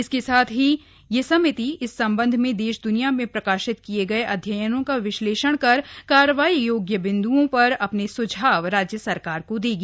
इसके साथ ही यह समिति इस संबंध में देश द्रनिया में प्रकाशित किए गए अध्ययनों का विश्लेषण कर कार्रवाई योग्य बिंदुओं पर अपने सुझाव राज्य सरकार को देगी